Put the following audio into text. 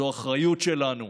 זו אחריות שלנו.